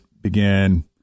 began